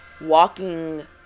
walking